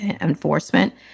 enforcement